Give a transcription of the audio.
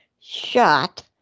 shot